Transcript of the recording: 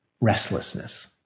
restlessness